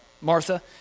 Martha